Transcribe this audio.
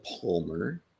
Palmer